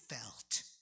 felt